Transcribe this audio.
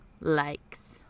likes